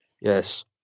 yes